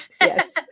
Yes